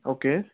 okay